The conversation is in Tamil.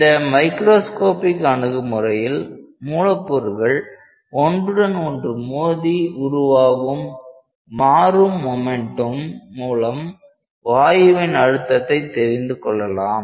இந்த மைக்ரோஸ்கோப்பிக் அணுகுமுறையில் மூலக்கூறுகள் ஒன்றுடன் ஒன்று மோதி உருவாகும் மாறும் மோமெண்டும் மூலம் வாயுவின் அழுத்தத்தை தெரிந்துகொள்ளலாம்